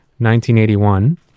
1981